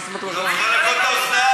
היא לא צריכה לנקות את האוזניים.